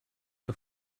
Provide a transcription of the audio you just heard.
der